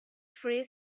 three